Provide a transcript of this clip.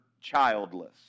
childless